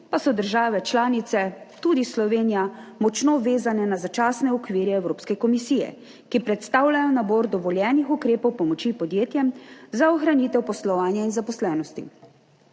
pa so države članice, tudi Slovenija, močno vezane na začasne okvire Evropske komisije, ki predstavljajo nabor dovoljenih ukrepov pomoči podjetjem za ohranitev poslovanja in zaposlenosti.